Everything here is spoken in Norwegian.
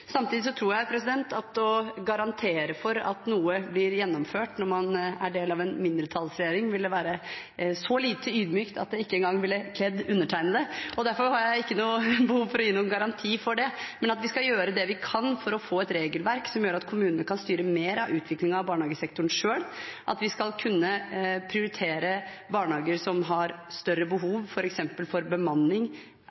Samtidig tror jeg at å garantere for at noe blir gjennomført når man er del av en mindretallsregjering, ville være så lite ydmykt at det ikke engang ville kledd undertegnede. Derfor har jeg ikke noe behov for å gi noen garanti for det, men at vi skal gjøre det vi kan for å få et regelverk som gjør at kommunene kan styre mer av utviklingen av barnehagesektoren selv, at vi skal kunne prioritere barnehager som har større